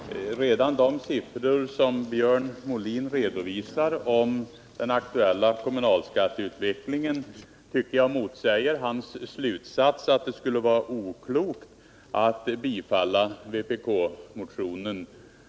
Herr talman! Redan de siffror som Björn Molin här redovisade om = ner och landsden aktuella kommunalskatteutvecklingen tycker jag motsäger hans slut — tingskommuner sats att det skulle vara oklokt att bifalla vpk-motionen.